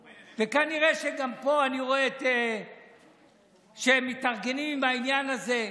וכנראה, גם פה אני רואה שהם מתארגנים בעניין הזה.